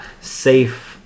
safe